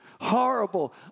Horrible